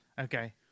Okay